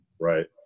right